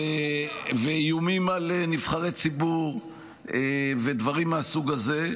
ואיומים על נבחרי ציבור ודברים מהסוג הזה.